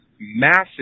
Massive